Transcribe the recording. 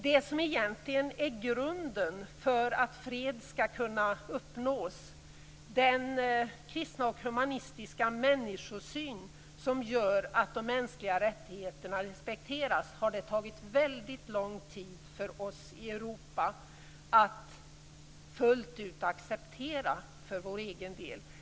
Det som egentligen är grunden för att fred skall kunna uppnås, nämligen den kristna och humanistiska människosyn som gör att de mänskliga rättigheterna respekteras, har det tagit väldigt lång tid för oss i Europa att fullt ut acceptera för vår egen del.